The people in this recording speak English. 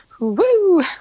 Woo